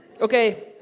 Okay